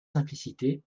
simplicité